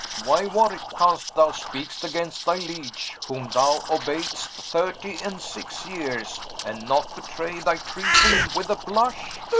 why warwicke, canst thou speak against thy liege, whom thou obeyd'st thirtie and six yeeres, and not bewray thy treason with a blush?